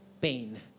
pain